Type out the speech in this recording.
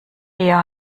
eher